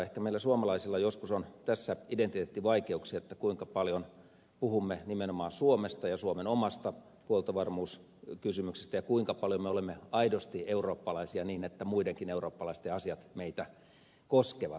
ehkä meillä suomalaisilla joskus on tässä identiteettivaikeuksia kuinka paljon puhumme nimenomaan suomen ja suomen omasta huoltovarmuuskysymyksestä ja kuinka paljon me olemme aidosti eurooppalaisia niin että muidenkin eurooppalaisten asiat meitä koskevat